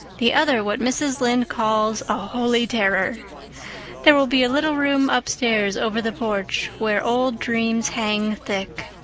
the other what mrs. lynde calls a holy terror there will be a little room upstairs over the porch, where old dreams hang thick,